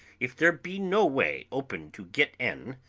if there be no way open to get in,